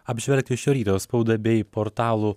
apžvelgti šio ryto spaudą bei portalų